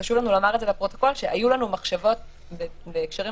חשוב לנו לומר לפרוטוקול שהיו לנו מחשבות בהקשרים